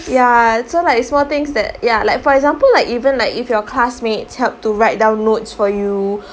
ya so like it's small things that ya like for example like even like if your classmates helped to write down notes for you